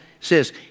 says